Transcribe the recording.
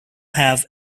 have